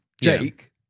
Jake